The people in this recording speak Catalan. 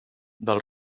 del